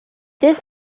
this